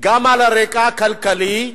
גם על רקע כלכלי,